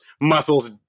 muscles